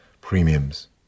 premiums